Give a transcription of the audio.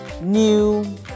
New